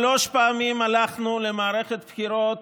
שלוש פעמים הלכנו למערכת בחירות,